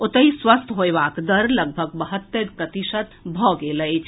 ओतहि स्वस्थ होयबाक दर लगभग बहत्तरि प्रतिशत भऽ गेल अछि